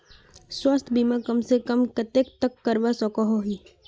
स्वास्थ्य बीमा कम से कम कतेक तक करवा सकोहो ही?